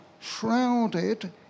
shrouded